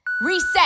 Reset